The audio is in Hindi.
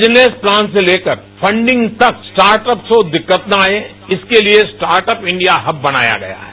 बिजनेस प्लान से लेकर फंडिंग तक स्टार्टअप को दिक्कत न आए इसके लिए स्टार्टअप इंडिया हब बनाया गया है